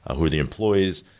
ah who are the employees,